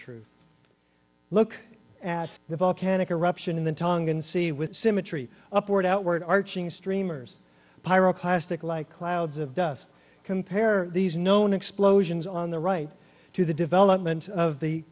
truth look at the volcanic eruption in the tongan sea with symmetry upward outward arching streamers pyro plastic like clouds of dust compare these known explosions on the right to the developments of the